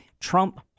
Trump